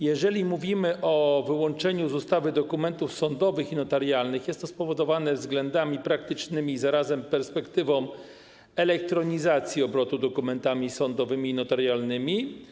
Jeżeli mówimy o wyłączeniu z ustawy dokumentów sądowych i notarialnych, to jest to spowodowane względami praktycznymi, a zarazem perspektywą elektronizacji obrotu dokumentami sądowymi i notarialnymi.